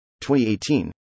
2018